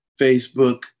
Facebook